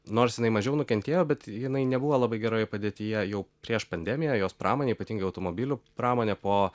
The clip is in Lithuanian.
nors jinai mažiau nukentėjo bet jinai nebuvo labai geroje padėtyje jau prieš pandemiją jos pramonė ypatingai automobilių pramonė po